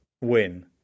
win